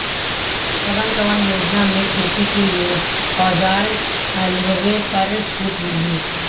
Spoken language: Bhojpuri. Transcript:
कवन कवन योजना मै खेती के औजार लिहले पर छुट मिली?